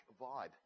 vibe